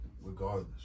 regardless